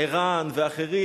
ער"ן ואחרים,